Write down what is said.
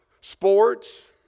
sports